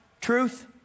truth